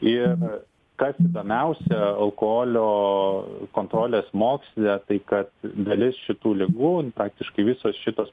ir kas įdomiausia alkoholio kontrolės moksle tai kad dalis šitų ligų praktiškai visos šitos